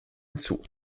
hinzu